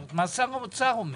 מה שר האוצר אומר.